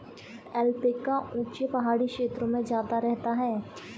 alpaca ऊँचे पहाड़ी क्षेत्रों में ज्यादा रहता है